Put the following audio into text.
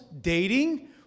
dating